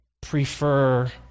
prefer